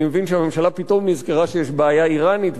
אני מבין שהממשלה פתאום נזכרה שיש בעיה אירנית,